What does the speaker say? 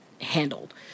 handled